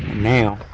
now.